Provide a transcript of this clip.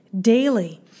daily